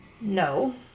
No